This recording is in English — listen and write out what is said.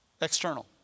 external